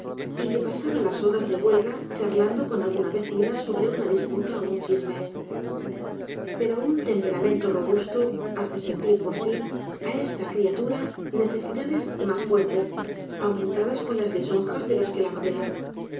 y que pasaba las horas de huelga charlando con alguna vecina sobre una disputa ó un chisme pero un temperamento robusto hace sentir por fin á esta criatura necesidades mas fuertes aumentadas con las lisonjas de los que la rodean